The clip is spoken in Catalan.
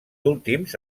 últims